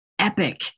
Epic